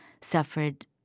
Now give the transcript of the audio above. suffered